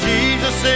Jesus